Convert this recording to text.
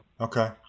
Okay